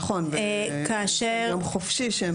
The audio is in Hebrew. נכון, ויש להם יום חופשי.